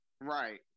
Right